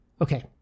okay